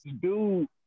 dude